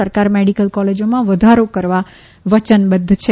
સરકાર મેડીકલ કોલેજોમાં વધારો કરવા વયનદ્વ છે